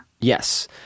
Yes